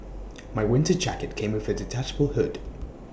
my winter jacket came with A detachable hood